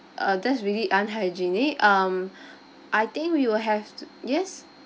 uh that's really unhygienic um I think we will have t~ yes